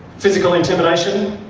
physical intimidation.